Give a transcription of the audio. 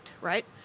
right